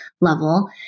level